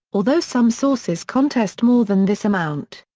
although some sources contest more than this amount.